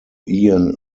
ian